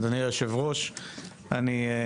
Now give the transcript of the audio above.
אדוני, יושב-ראש הכנסת,